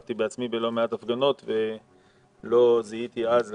השתתפתי בעצמי בלא מעט הפגנות ולא זיהיתי אז לפחות,